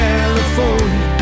California